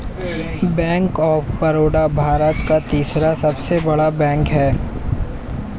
bank of Baroda Bharat का तीसरा सबसे बड़ा बैंक हैं